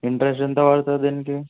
interest ఎంత పడుతుంది దీనికి